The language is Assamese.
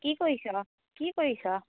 কি কৰিছ কি কৰিছ